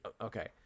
okay